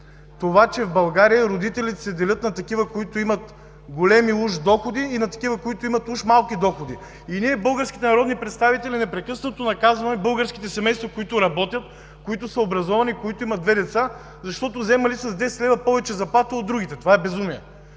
това, че в България родителите се делят на такива, които имат уж големи доходи, и на такива, които имат уж малки доходи. И ние, българските народни представители, непрекъснато наказваме българските семейства, които работят, които са образовани, които имат две деца, защото вземали с 10 лв. повече заплата от другите. Това е безумие!